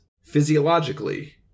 physiologically